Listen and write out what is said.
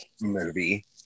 movie